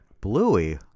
Bluey